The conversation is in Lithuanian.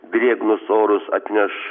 drėgnus orus atneš